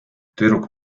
tüdruk